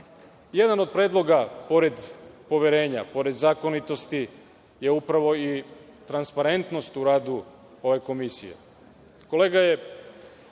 od predloga, pored poverenja, pored zakonitosti, je upravo i transparentnost u radu ove Komisije.